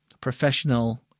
professional